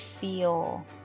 feel